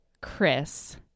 Chris